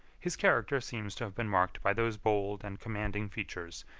his character seems to have been marked by those bold and commanding features,